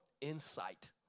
insight